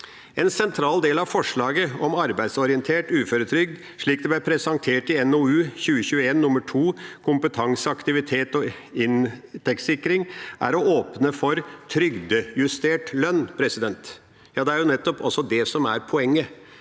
En sentral del av forslaget om arbeidsorientert uføretrygd – slik det ble presentert i NOU 2021:2, Kompetanse, aktivitet og inntektssikring – er å åpne for trygdejustert lønn. Det er nettopp det som er poenget.